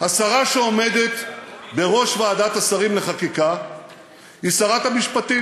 השרה שעומדת בראש ועדת השרים לחקיקה היא שרת המשפטים